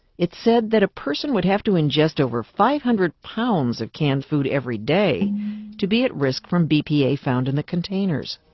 it said that a person would have to ingest over five hundred pounds of canned food every day to be at risk from bpa found in the containers.